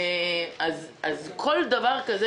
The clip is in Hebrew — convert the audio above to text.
על כל כותרת כזאת